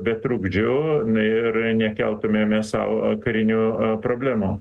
be trukdžių na ir nekeltumėme sau karinių problemų